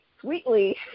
Sweetly